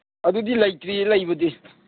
ꯑꯗꯨꯗꯤ ꯂꯩꯇ꯭ꯔꯤꯌꯦ ꯂꯩꯕꯗꯤ